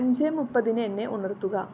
അഞ്ച് മുപ്പതിന് എന്നെ ഉണർത്തുക